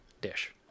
dish